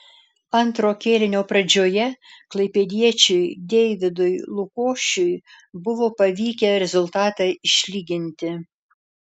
antro kėlinio pradžioje klaipėdiečiui deividui lukošiui buvo pavykę rezultatą išlyginti